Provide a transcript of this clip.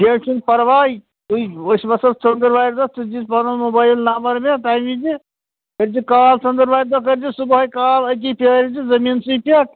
کیٚنٛہہ چھُنہٕ پرواے تُہۍ أسۍ وَسو ژٔنٛدروارِ دۄہ ژٕ دِیٖزِ پَنُن موبایل نمبر مےٚ تمہِ وِزِ کٔرۍزِ کال ژٕنٛدروار دۄہ کٔرۍزِ صُبحٲے کال أتی پرٛٲرۍ زِ زٔمیٖنسٕے پٮ۪ٹھ